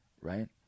Right